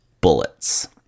Bullets